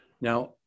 Now